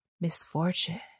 misfortune